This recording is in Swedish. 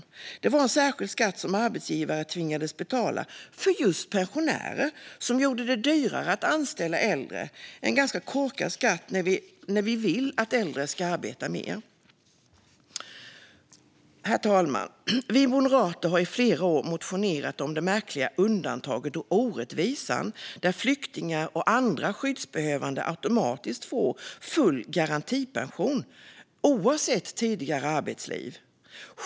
Det var en särskild skatt som arbetsgivare tvingades betala för just pensionärer, som gjorde det dyrare att anställa äldre - en ganska korkad skatt när vi vill att äldre ska arbeta mer. Herr talman! Vi moderater har i flera år motionerat om det märkliga undantaget och orättvisan att flyktingar och andra skyddsbehövande automatiskt får full garantipension, oavsett tidigare arbetsliv.